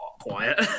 quiet